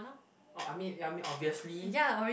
orh I mean ya I mean obviously